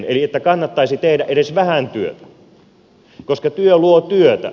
eli kannattaisi tehdä edes vähän työtä koska työ luo työtä